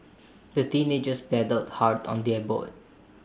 the teenagers paddled hard on their boat